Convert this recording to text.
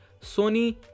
Sony